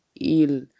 ill